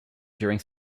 during